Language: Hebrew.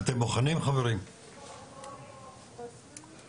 שמי ירון טוראל,